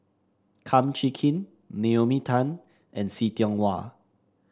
Kum Chee Kin Naomi Tan and See Tiong Wah